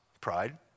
Pride